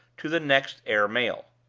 to the next heir male.